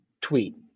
tweet